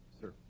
Sir